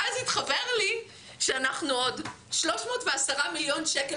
ואז התחבר לי שאנחנו עוד ב-310 מיליון שקל